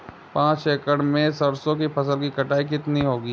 पांच एकड़ में सरसों की फसल की कटाई कितनी होगी?